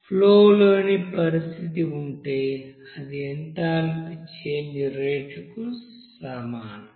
flow లేని పరిస్థితి ఉంటే అది ఎంథాల్పీ చేంజ్ రేటుకు సమానం